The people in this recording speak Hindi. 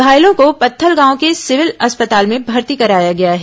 घायलों को पत्थलगांव के सिविल अस्पताल में भर्ती कराया गया है